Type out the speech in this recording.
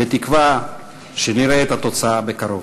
בתקווה שנראה את התוצאה בקרוב.